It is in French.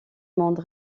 monde